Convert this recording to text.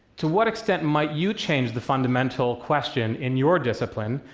to what extent might you change the fundamental question in your discipline,